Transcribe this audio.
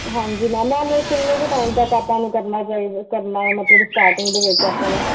ਹਾਂਜੀ ma'am ma'am ਇਹ ਕਿੰਨੇ ਕੁ ਟਾਈਮ ਤੱਕ ਆਪਾਂ ਨੂੰ ਕਰਨਾ ਚਾਹੀਦਾ ਕਰਨਾ ਮਤਲਬ ਸਟਾਰਟਿੰਗ ਦੇ ਵਿੱਚ ਆਪਾਂ ਨੂੰ